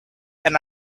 and